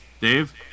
Dave